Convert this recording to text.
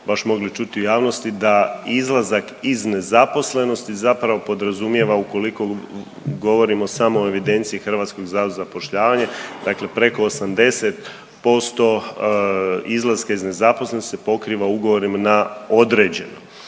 baš čuti u javnosti da izlazak iz nezaposlenosti zapravo podrazumijeva ukoliko govorimo samo o evidenciji HZZ-a dakle preko 80% izlaska iz nezaposlenosti se pokriva ugovorima na određeno.